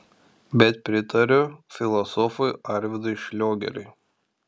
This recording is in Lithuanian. bet pritariu filosofui arvydui šliogeriui